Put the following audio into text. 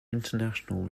international